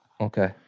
Okay